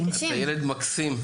אתה ילד מקסים.